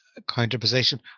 counterposition